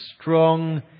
strong